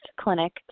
clinic